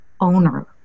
owner